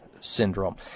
syndrome